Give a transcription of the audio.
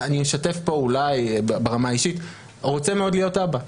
אני אשתף פה ברמה האישית רוצה מאוד להיות אבא.